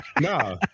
No